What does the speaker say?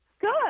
good